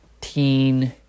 teen